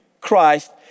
Christ